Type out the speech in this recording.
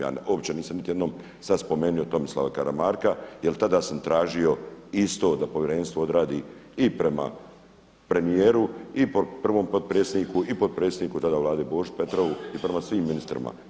Ja uopće nisam niti jednom sada spomenuo Tomislava Karamarka, jer tada sam tražio isto da Povjerenstvo odradi i prema premijeru i prvom potpredsjedniku i potpredsjedniku tada Vlade Boži Petrovu i prema svim ministrima.